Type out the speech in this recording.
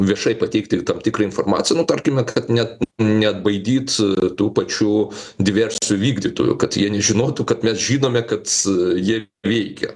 viešai pateikti tam tikrą informaciją nu tarkime kad net neatbaidyt tų pačių diversijų vykdytojų kad jie nežinotų kad mes žinome kad jie veikia